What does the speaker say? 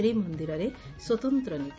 ଶ୍ରୀମନ୍ଦିରରେ ସ୍ୱତନ୍ତ ନୀତି